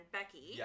Becky